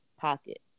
pocket